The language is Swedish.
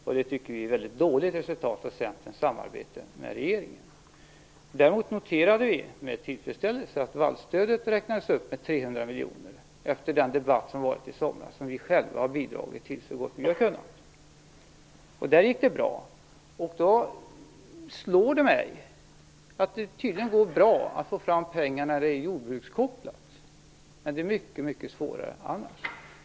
Vi tycker att det är ett väldigt dåligt resultat av Centerns samarbete med regeringen. Däremot noterar vi med tillfredsställelse att vallstödet, efter den debatt som var i somras, har räknats upp med 300 miljoner kronor, vilket vi har bidragit till så gott vi har kunnat. Där gick det bra. Därför slår det mig att det tydligen går bra att få fram pengar när det är en koppling till jordbruket men att det är mycket svårare annars.